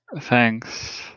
Thanks